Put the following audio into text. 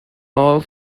all